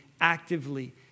actively